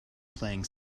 playing